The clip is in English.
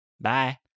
Bye